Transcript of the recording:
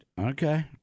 Okay